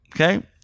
okay